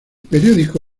periódico